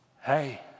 Hey